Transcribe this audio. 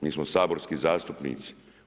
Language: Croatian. Mi smo saborski zastupnici.